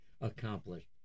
accomplished